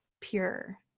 pure